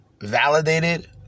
validated